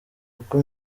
uko